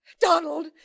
Donald